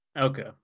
Okay